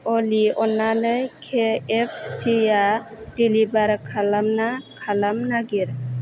अलि अन्नानै केएफचिसिआ देलिभार खालामना खालाम नागिर